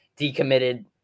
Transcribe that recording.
decommitted